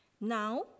Now